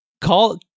Call